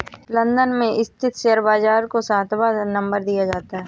London में स्थित share बाजार को सातवां नम्बर दिया जाता है